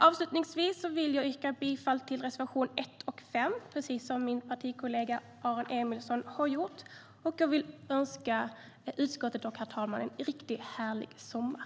Avslutningsvis vill jag yrka bifall till reservation 1 och 5, precis som min partikollega Aron Emilsson har gjort. Och jag vill önska utskottet och herr talmannen en riktigt härlig sommar.